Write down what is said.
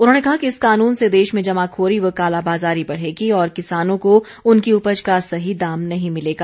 उन्होंने कहा कि इस कानून से देश में जमाखोरी व कालाबाजारी बढेगी और किसानों को उनकी उपज का सही दाम नहीं मिलेगा